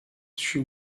she